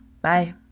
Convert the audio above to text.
Bye